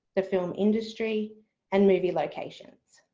the film industry and movie locations.